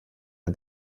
der